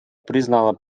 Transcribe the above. признала